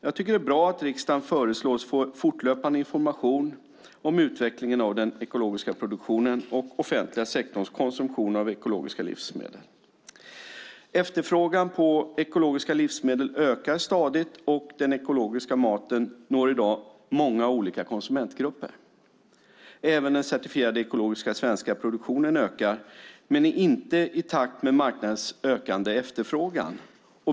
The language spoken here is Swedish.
Jag tycker att det är bra att riksdagen föreslås få fortlöpande information om utvecklingen av den ekologiska produktionen och den offentliga sektorns konsumtion av ekologiska livsmedel. Efterfrågan på ekologiska livsmedel ökar stadigt, och den ekologiska maten når i dag många olika konsumentgrupper. Även den certifierade ekologiska svenska produktionen ökar, men är inte i takt med marknadens ökande efterfrågan.